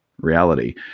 reality